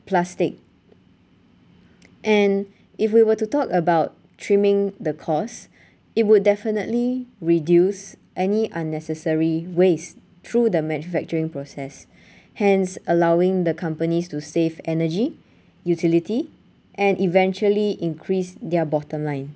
plastic and if we were to talk about trimming the cost it would definitely reduce any unnecessary waste through the manufacturing process hence allowing the companies to save energy utility and eventually increase their bottom line